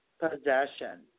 possession